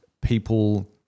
people